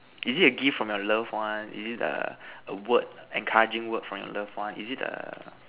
is it a gift from your loved one is it err a word a encouraging word from your loved one is it a